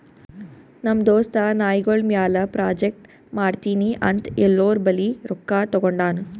ನಮ್ ದೋಸ್ತ ನಾಯ್ಗೊಳ್ ಮ್ಯಾಲ ಪ್ರಾಜೆಕ್ಟ್ ಮಾಡ್ತೀನಿ ಅಂತ್ ಎಲ್ಲೋರ್ ಬಲ್ಲಿ ರೊಕ್ಕಾ ತಗೊಂಡಾನ್